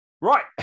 Right